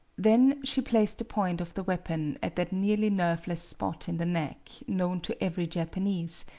then she placed the point of the weapon at that nearly nerveless spot in the neck known to every japanese,